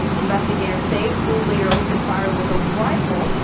investigators say crew later opened fire with a rifle.